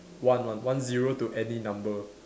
one one one zero to any number